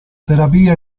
terapia